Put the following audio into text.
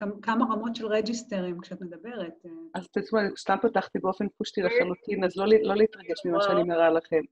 כמה רמות של רג'יסטרים כשאת מדברת? אז תשמעו, אני סתם פותחתי באופן פושטי לחלוטין, אז לא להתרגש ממה שאני מראה לכם.